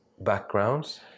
backgrounds